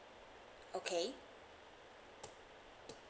okay